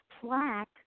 plaque